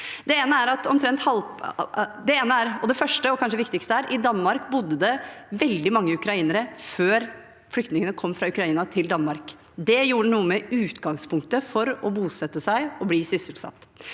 Den første og kanskje viktigste er: I Danmark bodde det veldig mange ukrainere før flyktningene kom fra Ukraina til Danmark. Det gjorde noe med utgangspunktet for å bosette seg og bli sysselsatt.